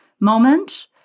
moment